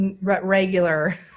regular